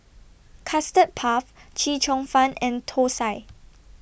Custard Puff Chee Cheong Fun and Thosai